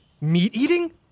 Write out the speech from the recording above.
meat-eating